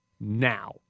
now